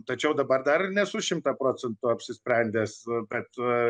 tačiau dabar dar nesu šimtą procentų apsisprendęs tad